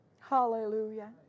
Hallelujah